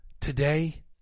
Today